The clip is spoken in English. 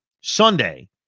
Sunday